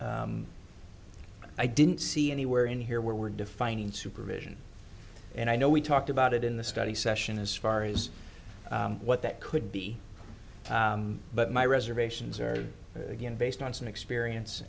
i didn't see anywhere in here where we're defining supervision and i know we talked about it in the study session as far as what that could be but my reservations are again based on some experience